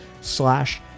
slash